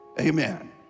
Amen